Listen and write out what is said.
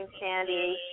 Sandy